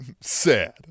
Sad